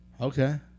Okay